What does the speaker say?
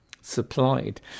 supplied